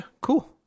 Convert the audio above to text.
cool